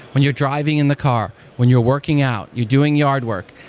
when you're driving in the car, when you're working out, you're doing yard work,